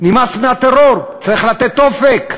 נמאס מהטרור, צריך לתת אופק.